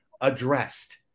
addressed